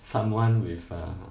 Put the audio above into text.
someone with uh